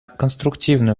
конструктивную